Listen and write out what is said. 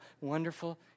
wonderful